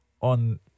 On